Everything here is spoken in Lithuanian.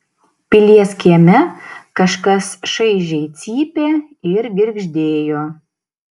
pilies kieme kažkas šaižiai cypė ir girgždėjo